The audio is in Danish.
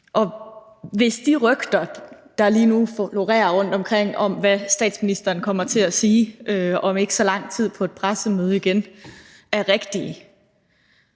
Og hvis de rygter, der lige nu florerer rundtomkring, om, hvad statsministeren kommer til at sige om ikke så lang tid på et pressemøde, er rigtige,